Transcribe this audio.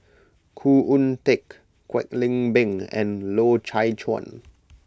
Khoo Oon Teik Kwek Leng Beng and Loy Chye Chuan